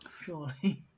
Surely